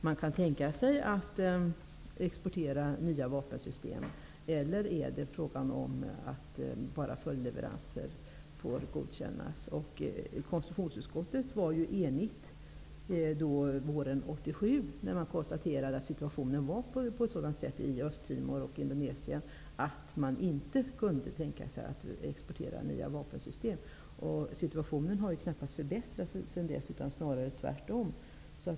Kan man tänka sig att exportera nya vapensystem, eller är det fråga om att bara följdleveranser får godkännas? I konstitutionsutskottet var man enig våren 1987 då man konstaterade att situationen i Östtimor och i Indonesien var sådan att man inte kunde tänka sig att exportera nya vapensystem. Situationen har ju knappast förbättrats sedan dess, utan snarare tvärtom.